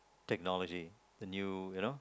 technology the new you know